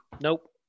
Nope